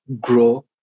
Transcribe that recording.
grow